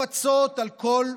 לפצות על כל בעיה,